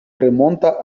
remonta